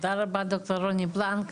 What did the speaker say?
תודה רבה ד"ר רוני בלנק,